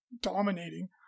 dominating